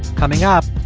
coming up,